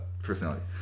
personality